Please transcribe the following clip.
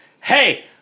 hey